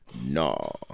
No